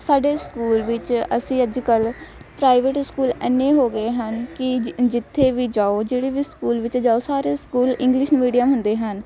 ਸਾਡੇ ਸਕੂਲ ਵਿੱਚ ਅਸੀਂ ਅੱਜ ਕੱਲ੍ਹ ਪ੍ਰਾਈਵੇਟ ਸਕੂਲ ਇੰਨੇ ਹੋ ਗਏ ਹਨ ਕਿ ਜਿੱਥੇ ਵੀ ਜਾਓ ਜਿਹੜੇ ਵੀ ਸਕੂਲ ਵਿੱਚ ਜਾਓ ਸਾਰੇ ਸਕੂਲ ਇੰਗਲਿਸ਼ ਮੀਡੀਅਮ ਹੁੰਦੇ ਹਨ